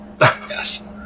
Yes